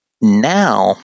now